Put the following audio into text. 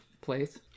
place